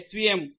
SVM fit